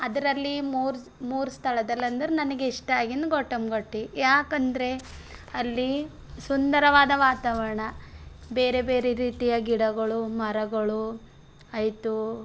ಅದ್ರಲ್ಲಿ ಮೂರು ಮೂರು ಸ್ಥಳದಲ್ಲಂದ್ರೆ ನನಗೆ ಇಷ್ಟ ಆಗಿದ್ದು ಗೊಟ್ಟಮ್ ಗುಟ್ಟಾ ಯಾಕೆಂದ್ರೆ ಅಲ್ಲಿ ಸುಂದರವಾದ ವಾತಾವರಣ ಬೇರೆ ಬೇರೆ ರೀತಿಯ ಗಿಡಗಳು ಮರಗಳು ಆಯ್ತು